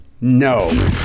no